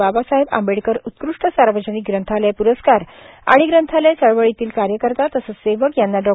बाबासाहेब आंबेडकर उत्कृष्ट सार्वजनिक ग्रंथालय प्रस्कार आणि ग्रंथालय चळवळीतील कार्यकर्ता तसंच सेवक यांना डॉ